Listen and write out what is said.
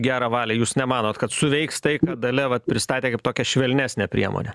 gerą valią jūs nemanot kad suveiks tai ką dalia vat pristatė kaip tokią švelnesnę priemonę